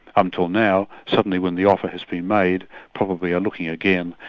until now, suddenly when the offer has been made, probably are looking again,